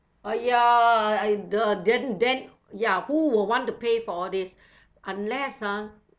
!aiya! I the then then ya who will want to pay for this unless ah